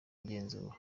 igenzura